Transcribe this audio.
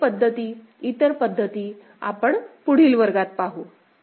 अधिक पद्धती इतर पद्धती आपण पुढील वर्गात पाहू